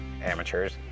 Amateurs